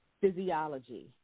Physiology